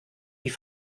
die